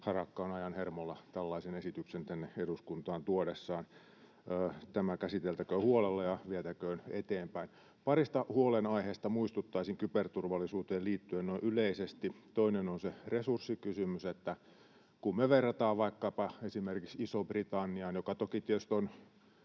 Harakka on ajan hermolla tällaisen esityksen tänne eduskuntaan tuodessaan. Tämä käsiteltäköön huolella ja vietäköön eteenpäin. Parista huolenaiheesta muistuttaisin kyberturvallisuuteen liittyen noin yleisesti. Toinen on se resurssikysymys: kun me verrataan vaikkapa Isoon-Britanniaan, joka toki tietysti on